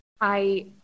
I-